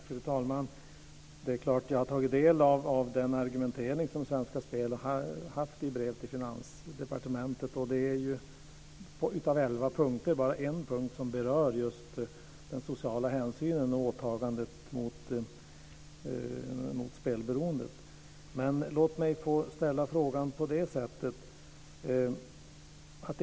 Fru talman! Det är klart att jag har tagit del av Svenska Spels argumentering i brev till Finansdepartementet. Det är bara en av elva punkter som berör just den sociala hänsynen och åtagandet mot spelberoendet. Låt mig få ställa frågan på detta sätt.